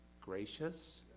gracious